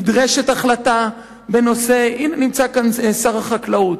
נדרשת החלטה בנושא, הנה נמצא כאן שר החקלאות.